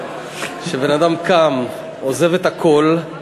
שבן-אדם קם, עוזב את הכול,